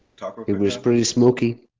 was pretty smoking